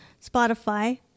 Spotify